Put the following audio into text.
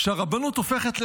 כשהרבנות הופכת לשררה,